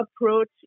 approach